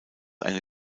eine